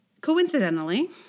Coincidentally